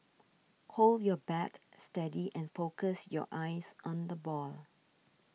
hold your bat steady and focus your eyes on the ball